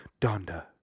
donda